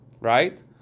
right